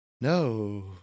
no